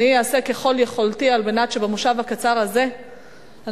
אני אעשה ככל יכולתי על מנת שבמושב הקצר הזה אנחנו